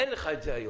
אין לך את זה היום.